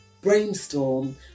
Brainstorm